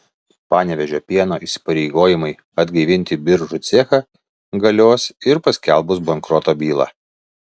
panevėžio pieno įsipareigojimai atgaivinti biržų cechą galios ir paskelbus bankroto bylą